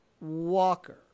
Walker